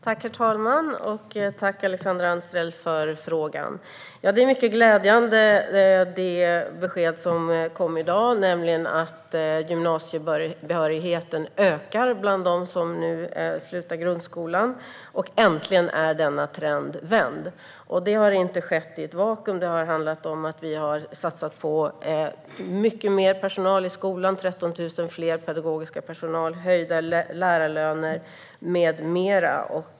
Herr talman! Tack, Alexandra Anstrell, för frågan! Det är ett mycket glädjande besked som kom i dag, nämligen att gymnasiebehörigheten ökar bland dem som nu slutar grundskolan; äntligen är denna trend vänd. Det har inte skett i ett vakuum utan har handlat om att vi har satsat på mycket mer personal i skolan, 13 000 fler pedagoger, höjda lärarlöner med mera.